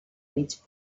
mig